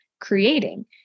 creating